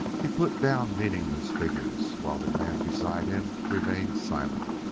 he put down meaningless figures, while the man beside him remained silent.